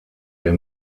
der